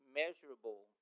measurable